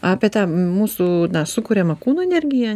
apie tą mūsų sukuriamą kūno energiją